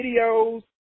videos